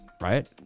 right